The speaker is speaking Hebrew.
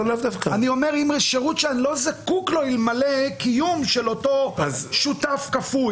אני אומר על שירות שאני לא זקוק לו אלמלא הקיום של אותו שותף כפוי.